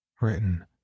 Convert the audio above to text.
Written